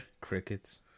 Crickets